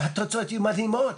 והתוצאות היו מדהימות,